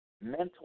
mental